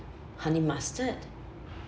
honey mustard